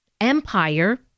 empire